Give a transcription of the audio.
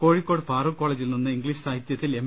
കോഴിക്കോട് ഫാറൂഖ് കോളേജിൽ നിന്ന് ഇംഗ്ലീഷ് സാഹിത്യത്തിൽ എം